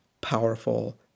powerful